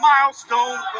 Milestone